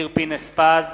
אופיר פינס-פז,